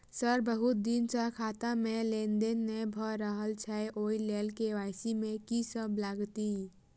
Sir बहुत दिन सऽ खाता मे लेनदेन नै भऽ रहल छैय ओई लेल के.वाई.सी मे की सब लागति ई?